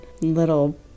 little